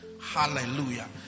Hallelujah